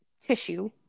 tissue